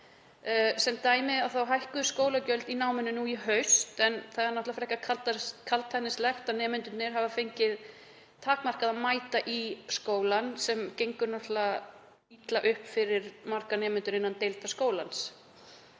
Sem dæmi þá hækkuðu skólagjöld í náminu nú í haust, en það er frekar kaldhæðnislegt að nemendurnir hafa fengið takmarkað að mæta í skólann, sem gengur náttúrlega illa upp fyrir marga nemendur innan deilda skólans.